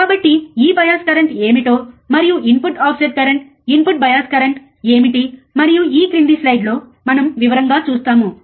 కాబట్టి ఈ bias current ఏమిటో మరియు input offset current input bias current ఏమిటి మరియు ఈ క్రింది స్లైడ్లలో మనం వివరంగా చూస్తాము